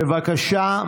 בבקשה,